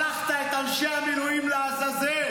שלחת את אנשי המילואים לעזאזל.